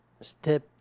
step